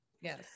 Yes